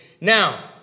Now